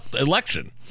election